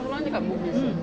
oh semalam dia dekat bugis